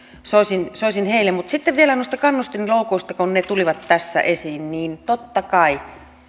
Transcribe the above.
soisin heille mutta sitten vielä noista kannustinloukuista kun ne tulivat tässä esiin totta kai